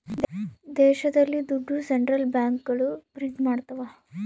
ದೇಶದಲ್ಲಿ ದುಡ್ಡು ಸೆಂಟ್ರಲ್ ಬ್ಯಾಂಕ್ಗಳು ಪ್ರಿಂಟ್ ಮಾಡ್ತವ